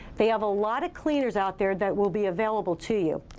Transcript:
they have a lot of cleaners out there that will be available to you.